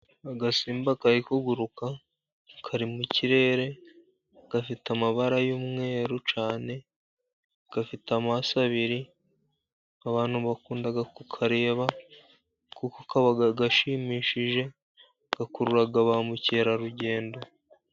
Agasimba kari kuguruka, kari mu kirere, gafite amabara y'umweru cyane, gafite amaso abiri. Abantu bakunda kukareba, kuko kaba gashimishije, gakurura ba mukerarugendo.